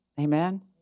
Amen